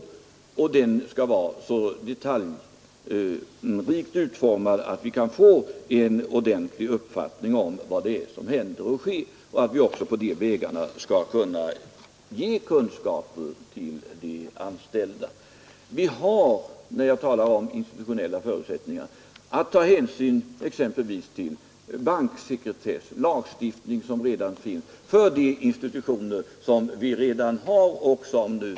Denna information skall vara så detaljrikt utformad att vi kan få en ordentlig uppfattning om vad det är som händer och sker. På den vägen skall vi också kunna ge kunskaper till de anställda. När jag talar om institutionella förutsättningar har vi att ta hänsyn exempelvis till banksekretess och till lagstiftning som nu finns för de institutioner vi redan har.